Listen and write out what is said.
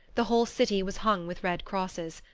the whole city was hung with red crosses.